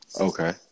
Okay